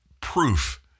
proof